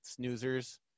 snoozers